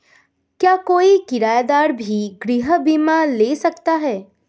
क्या कोई किराएदार भी गृह बीमा ले सकता है?